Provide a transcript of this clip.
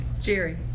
Jerry